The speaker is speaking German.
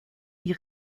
die